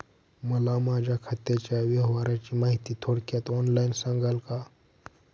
मला माझ्या खात्याच्या व्यवहाराची माहिती थोडक्यात ऑनलाईन सांगाल का?